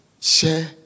share